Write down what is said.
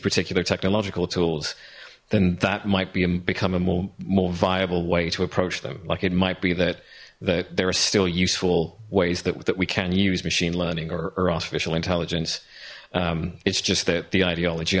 particular technological tools then that might be a become a more more viable way to approach them like it might be that that there are still useful ways that we can use machine learning or artificial intelligence it's just that the ideology